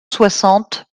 soixante